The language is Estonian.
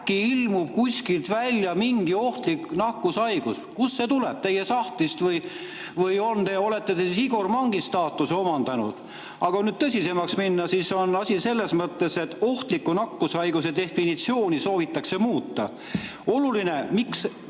ilmub kuskilt välja mingi ohtlik nakkushaigus. Kust see tuleb? Teie sahtlist või? Või olete te siis Igor Mangi staatuse omandanud? Kui nüüd tõsisemaks minna, siis on asi selles, et ohtliku nakkushaiguse definitsiooni soovitakse muuta. Oluline on see,